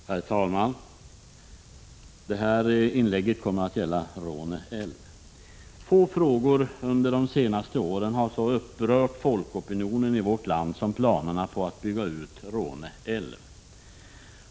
Herr talman! Det här inlägget kommer att gälla Råne älv. Få frågor under de senaste åren har så upprört folkopinionen i vårt land som planerna på att bygga ut Råne älv.